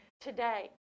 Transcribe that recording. today